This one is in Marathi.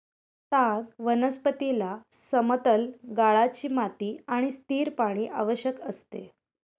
ताग वनस्पतीला समतल गाळाची माती आणि स्थिर पाणी आवश्यक असते